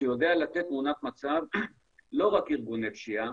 שיודע לתת תמונת מצב לא רק על ארגוני פשיעה,